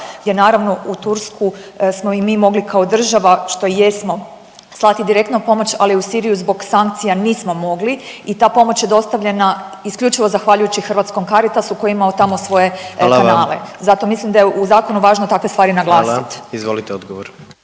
gdje naravno u Tursku smo i mogli kao država što jesmo slati direktno pomoć, ali u Siriju zbog sankcija nismo mogli i ta pomoć je dostavljena isključivo zahvaljujući Hrvatskom Caritasu koji je imao tamo svoje kanale. …/Upadica: Hvala vam./… Zato mislim da je u zakonu važno takve stvari naglasiti. **Jandroković, Gordan